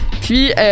Puis